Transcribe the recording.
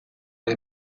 les